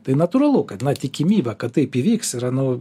tai natūralu kad na tikimybė kad taip įvyks yra nu